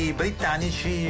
britannici